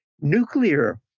nuclear